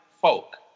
folk